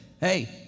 hey